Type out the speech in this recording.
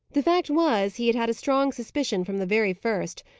the fact was, he had had a strong suspicion, from the very first,